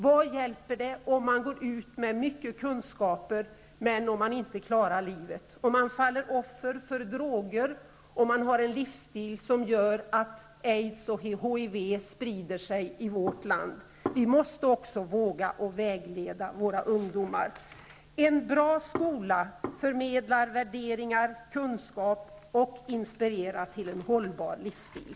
Vad hjälper det om man går ut med mycket kunskaper, om man inte klarar livet, om man faller offer för droger och om man har en livsstil som gör att aids och HIV sprider sig i vårt land. Vi måste också våga vägleda våra ungdomar. En bra skola förmedlar värderingar och kunskaper, och den inspirerar till en hållbar livsstil.